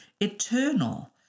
eternal